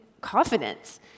confidence